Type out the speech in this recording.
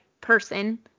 person